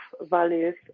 values